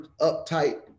uptight